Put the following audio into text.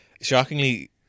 shockingly